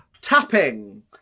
Tapping